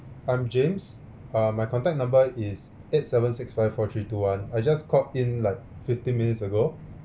I'm james uh my contact number is eight seven six five four three two one I just called in like fifteen minutes ago